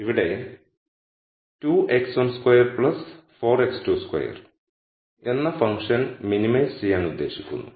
ഇവിടെ 2 x12 4 x22 എന്ന function minimise ചെയ്യാൻ ഉദ്ദേശിക്കുന്നു